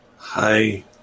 Hi